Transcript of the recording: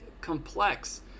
complex